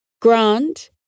Grant